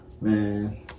Man